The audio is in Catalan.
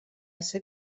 ser